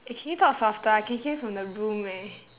eh can you talk softer I can hear you from the room eh